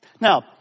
Now